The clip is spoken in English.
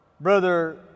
Brother